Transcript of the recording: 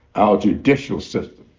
our judicial system.